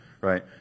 right